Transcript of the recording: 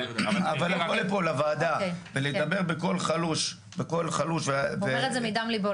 אבל לבוא לפה לוועדה ולדבר בקול חלוש ו -- הוא אומר את זה מדם ליבו,